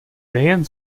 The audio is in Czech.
nejen